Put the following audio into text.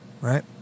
Right